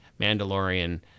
mandalorian